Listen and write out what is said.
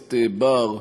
הכנסת בר,